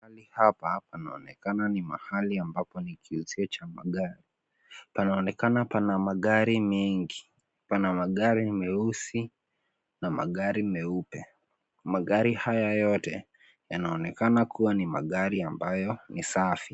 Hapa panaonekana ni mahali ambapo ni kiuzio cha magari. Panaonekana pana magari mengi. Pana magari meusi na magari meupe. Magari haya yote yanaonekana kuwa ni magari ambayo ni safi.